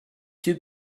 two